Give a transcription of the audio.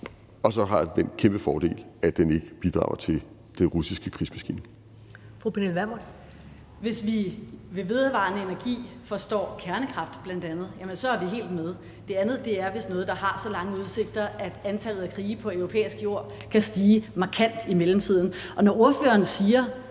Fru Pernille Vermund. Kl. 12:10 Pernille Vermund (NB): Hvis vi med vedvarende energi forstår bl.a. kernekraft, så er vi helt med. Det andet er vist noget, der har så lange udsigter, at antallet af krige på europæisk jord kan stige markant i mellemtiden. Og når ordføreren siger,